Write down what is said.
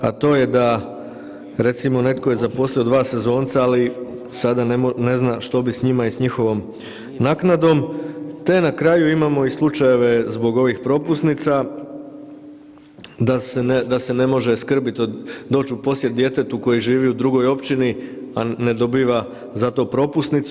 A to je da recimo, netko je zaposlio 2 sezonca, ali sada ne zna što bi s njima i njihovom naknadom te na kraju imamo i slučajeve zbog ovih propusnica, da se ne može skrbiti, doći u posjet djetetu koje živi u drugoj općini, a ne dobiva za to propusnicu.